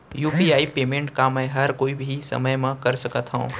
UPI payment का मैं ह कोई भी समय म कर सकत हो?